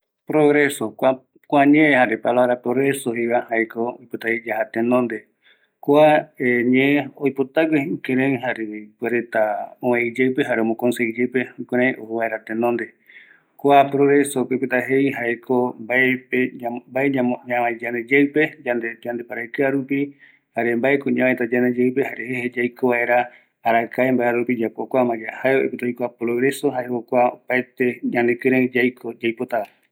Yaja vaera tenonde jae ko ñe ikavigue esa jaeyeko yandekieri ko yaja tenonde ye jaeko ñamaete jokua ikavigueko yemongueta ñanoita jare kiape ikavi yaikotava.